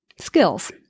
Skills